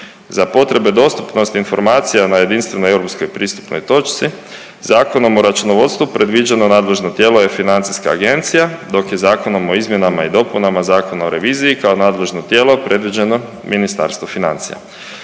Za potrebe dostupnosti informacija na jedinstvenoj europskoj pristupnoj točci Zakonom o računovodstvu predviđeno nadležno tijelo je FINA-a, dok je zakonom o izmjenama i dopunama Zakona o reviziji kao nadležno tijelo predviđeno Ministarstvo financija.